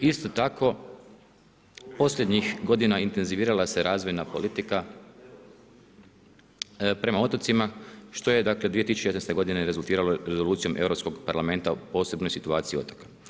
Isto tako posljednjih godina intenzivirala se razvojna politika prema otocima, što je dakle 2016. godine rezultiralo rezolucijom Europskog parlamenta o posebnoj situaciji otoka.